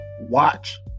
watch